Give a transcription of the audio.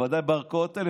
בוודאי בערכאות האלה,